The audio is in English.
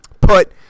put –